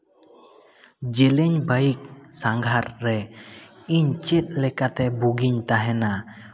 ᱡᱮᱞᱮᱧ ᱵᱟᱭᱤᱠ ᱥᱟᱸᱜᱷᱟᱨ ᱨᱮ ᱤᱧ ᱪᱮᱫ ᱞᱮᱠᱟᱛᱮ ᱵᱩᱜᱤᱧ ᱛᱟᱦᱮᱸᱱᱟ